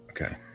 Okay